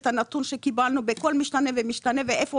את הנתון שקיבלנו בכל משתנה ומשתנה ואיפה